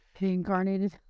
Incarnated